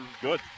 good